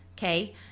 Okay